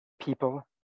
people